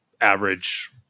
average